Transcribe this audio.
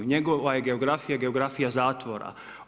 Njegova je geografija, geografija zatvora.